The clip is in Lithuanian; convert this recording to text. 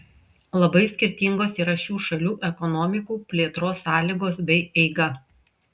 labai skirtingos yra šių šalių ekonomikų plėtros sąlygos bei eiga